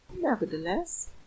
Nevertheless